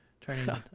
turning